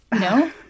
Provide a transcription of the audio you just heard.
No